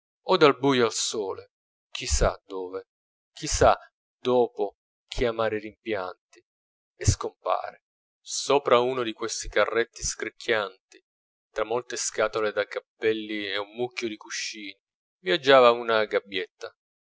o dal buio al sole chi sa dove chi sa dopo che amari rimpianti e scompare or sopra uno di questi carretti scricchianti tra molte scatole da cappelli e un mucchio di cuscini viaggiava una gabbietta